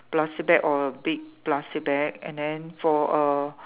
plastic bag or a big plastic bag and then for a